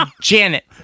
Janet